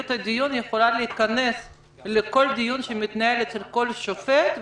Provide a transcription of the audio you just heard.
הדיון יכולה להיכנס לכל דיון שמתנהל אצל כל שופט,